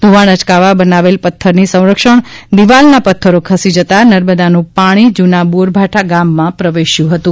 ધોવાજ્ઞ અટકાવવા બનાવેલ પથ્થરની સંરક્ષજ્ઞ વોલના પથ્થરો ખસી જતા નર્મદાનું પાણી જૂના બોરભાઠા ગામમાં પ્રવેશ્યું હતું